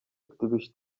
gdybyś